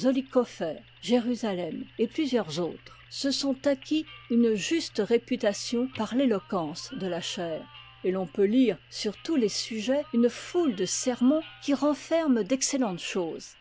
jérusalem et plusieurs autres se sont acquis une juste réputation par l'éloquence de la chaire et l'on peut lire sur tous les sujets une foule de sermons qui renferment d'excellentes choses